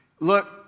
Look